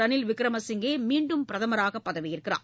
ரனில் விக்ரமசிங்கே மீண்டும் பிரதமராக பதவியேற்கிறார்